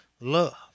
Love